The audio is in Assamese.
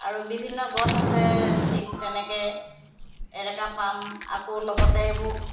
আৰু বিভিন্ন গছ আছে ঠিক তেনেকৈ এৰেকা পাম আকৌ লগতে এইবোৰ